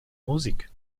musik